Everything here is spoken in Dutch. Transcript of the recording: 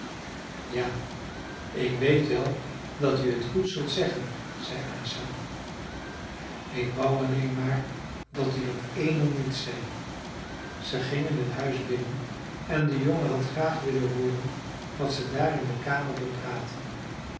ja ik weet wel dat u t goed zult zeggen zei asa ik wou alleen maar dat u dat eene niet zei ze gingen het huis binnen en de jongen had graag willen hooren wat ze daar in de kamer